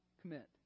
commit